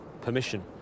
permission